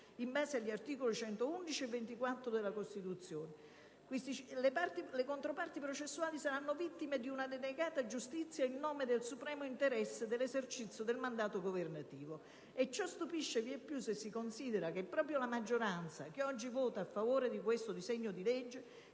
(in base agli articoli 111 e 24 della Costituzione), le quali saranno vittime di una denegata giustizia in nome del "supremo" interesse all'esercizio del mandato. E ciò stupisce vieppiù se si considera che proprio la maggioranza che oggi vota a favore di questo disegno di legge